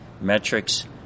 Metrics